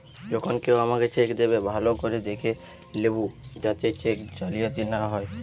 যখন কেও তোমাকে চেক দেবে, ভালো করে দেখে লেবু যাতে চেক জালিয়াতি না হয়